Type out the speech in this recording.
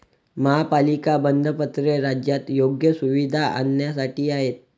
महापालिका बंधपत्रे राज्यात योग्य सुविधा आणण्यासाठी आहेत